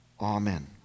amen